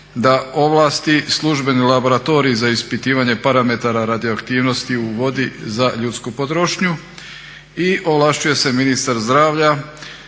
da ovlasti službeni laboratorij za ispitivanje parametara radioaktivnosti u vodi za ljudsku potrošnju. I ovlašćuje se ministar zdravlja